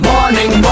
Morning